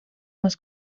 más